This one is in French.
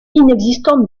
inexistante